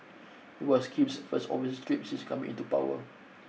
it was Kim's first overseas trip since coming into power